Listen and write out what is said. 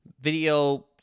video